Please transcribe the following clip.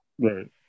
Right